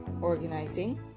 organizing